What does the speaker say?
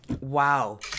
Wow